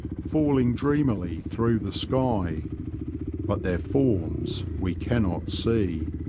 fauing dreamily through the sky but their forms we cannot see.